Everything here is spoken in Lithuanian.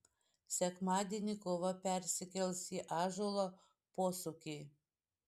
sekmadienį kova persikels į ąžuolo posūkį